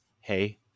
hey